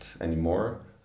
anymore